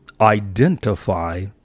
Identify